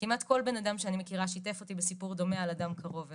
כמעט כל בן אדם שאני מכירה שיתף אותי בסיפור דומה על אדם קרוב אליו.